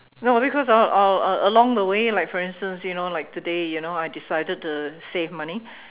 no because uh uh along the way like for instance you know like today you know I decided to save money